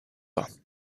pas